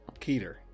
Keter